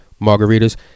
margaritas